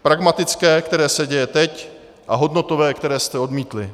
Pragmatické, které se děje teď, a hodnotové, které jste odmítli.